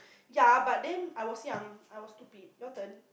ya but then I was young I was stupid your turn